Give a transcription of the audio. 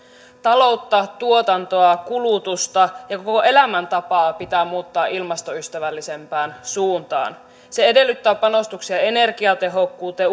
taloutta tuotantoa kulutusta ja koko elämäntapaa pitää muuttaa ilmastoystävällisempään suuntaan se edellyttää panostuksia energiatehokkuuteen